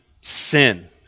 sin